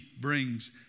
brings